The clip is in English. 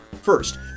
First